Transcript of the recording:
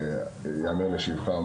ייאמר לשבחם,